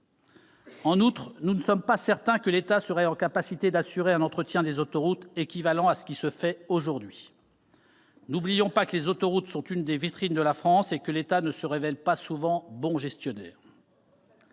En outre, nous ne sommes pas certains que l'État serait en capacité d'assurer un entretien des autoroutes équivalent à ce qui se fait aujourd'hui. N'oublions pas que les autoroutes sont l'une des vitrines de la France et que l'État ne se révèle pas souvent bon gestionnaire.